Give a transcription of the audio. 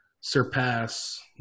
surpass